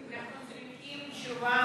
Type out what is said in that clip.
אנחנו צריכים תשובה